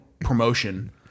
promotion